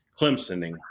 Clemsoning